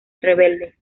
rebelde